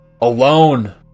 alone